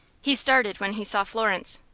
he started when he saw florence.